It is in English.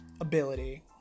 ability